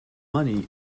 money